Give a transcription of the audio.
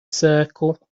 circle